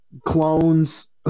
clones